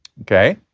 okay